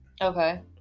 Okay